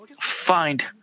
find